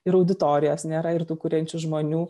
ir auditorijos nėra ir tų kuriančių žmonių